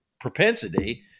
propensity